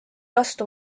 vastu